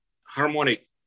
harmonic